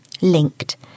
linked